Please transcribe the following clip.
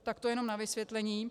Tak to jenom na vysvětlení.